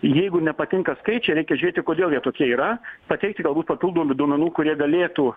jeigu nepatinka skaičiai reikia žiūrėti kodėl jie tokie yra pateikti galbūt papildomų duomenų kurie galėtų